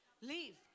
Leave